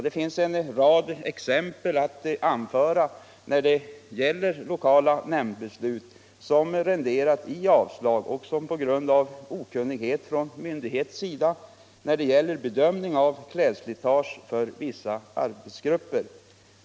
Det finns en rad exempel att anföra om lokala nämndbeslut som renderat vederbörande ett avslag på grund av okunnighet från myndighets sida när det gäller bedömning av klädslitage för vissa yrkesgrupper.